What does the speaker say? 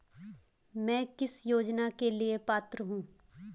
मैं किस योजना के लिए पात्र हूँ?